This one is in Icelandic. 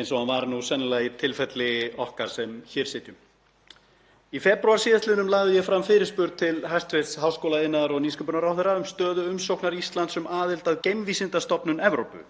eins og hann var nú sennilega í tilfelli okkar sem hér sitjum. Í febrúar síðastliðnum lagði ég fram fyrirspurn til hæstv. háskóla-, iðnaðar- og nýsköpunarráðherra um stöðu umsóknar Íslands um aðild að Geimvísindastofnun Evrópu,